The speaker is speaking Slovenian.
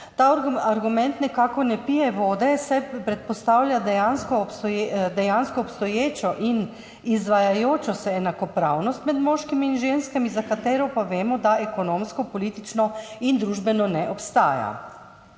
Ta argument nekako ne pije vode, saj predpostavlja dejansko obstoječo in izvajajočo se enakopravnost med moškimi in ženskami, za katero pa vemo, da ekonomsko, politično in družbeno ne obstaja.